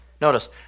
Notice